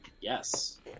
yes